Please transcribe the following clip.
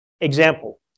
example